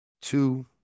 two